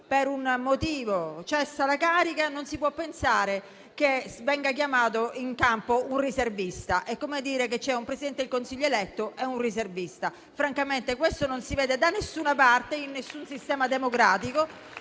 per un motivo, cessa dalla carica, non si può pensare che venga chiamato in campo un riservista. È come dire che ci sono un Presidente del Consiglio eletto e un riservista. Francamente questo non si vede da nessuna parte, in nessun sistema democratico.